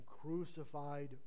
crucified